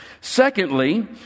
Secondly